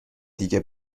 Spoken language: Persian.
دیگه